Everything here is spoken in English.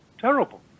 Terrible